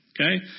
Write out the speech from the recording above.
Okay